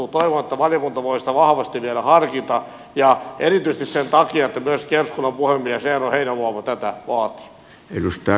toivon että valiokunta voi sitä vahvasti vielä harkita ja erityisesti sen takia että myöskin eduskunnan puhemies eero heinäluoma tätä vaati